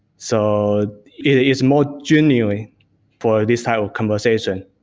so, it is more genuinely for this type of conversation.